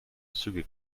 zügig